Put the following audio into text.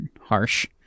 Harsh